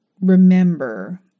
remember